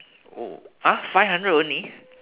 oh !huh! five hundred only